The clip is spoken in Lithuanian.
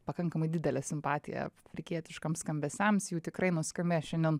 pakankamai didelę simpatiją afrikietiškam skambesiams jų tikrai nuskambės šiandien